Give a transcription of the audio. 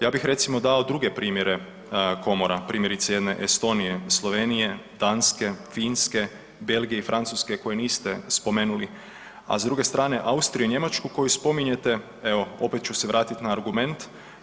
Ja bih recimo dao druge primjere komora, primjerice jedne Estonije, Slovenije, Danske, Finske, Belgije i Francuske koje niste spomenuli, a s druge strane Austriju i Njemačku koju spominjete evo opet ću se vratiti na argument.